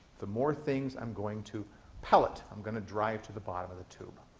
the more things i'm going to pellet, i'm going to drive to the bottom of the tube.